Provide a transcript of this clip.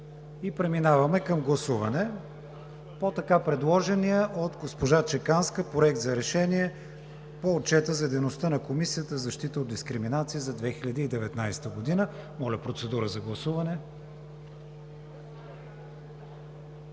Преминаваме към гласуване на предложения от госпожа Чеканска Проект за решение по Отчета за дейността на Комисията за защита от дискриминация за 2019 г. Моля, процедура за гласуване.